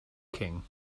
king